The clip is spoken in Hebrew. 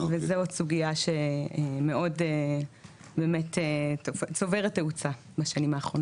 וזו עוד סוגייה שמאוד צוברת תאוצה בשנים האחרונות.